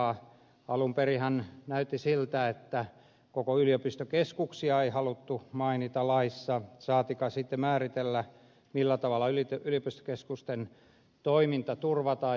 alun perinhän näytti siltä että koko yliopistokeskuksia ei haluttu mainita laissa saatikka sitten määritellä millä tavalla yliopistokeskusten toiminta turvataan